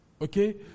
Okay